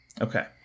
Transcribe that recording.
Okay